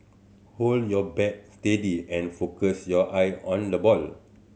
hold your bat steady and focus your eye on the ball